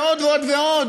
ועוד ועוד,